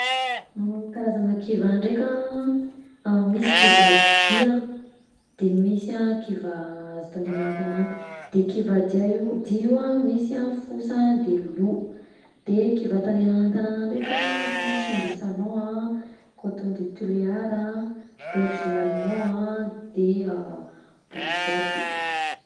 Ny karazana kivà ndraika: misy kivà dia, de misy a kivà azo tandegnana an-tanàna, de kivà dia io dia io a misy fosa, de loup; de kivà tandegnana an-tàgnana ndraika a: chien de salon a, cotton de tulear a, berger allemand a de bulldog.